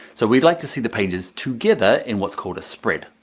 so we'd like to see the pages together in what's called a spread.